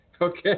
Okay